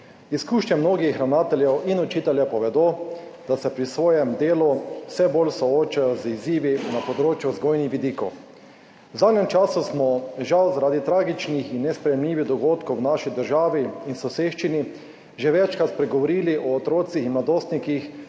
Izkušnje mnogih ravnateljev in učiteljev povedo, da se pri svojem delu vse bolj soočajo z izzivi na področju vzgojnih vidikov. V zadnjem času smo žal zaradi tragičnih in nesprejemljivih dogodkov v naši državi in soseščini že večkrat spregovorili o otrocih in mladostnikih